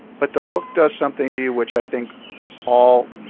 but the book does something to you which i think all